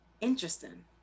interesting